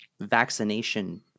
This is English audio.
vaccination